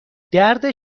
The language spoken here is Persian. درد